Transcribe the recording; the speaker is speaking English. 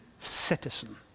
citizen